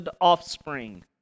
offspring